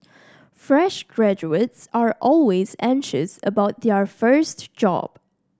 fresh graduates are always anxious about their first job